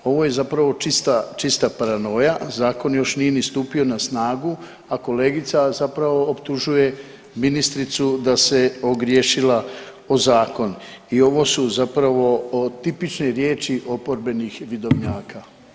Ovo je zapravo čista paranoja, zakon još nije ni stupio na snagu, a kolegica zapravo optužuje ministricu da se ogriješila o zakon i ovo su zapravo o tipične riječi oporbenih vidovnjaka.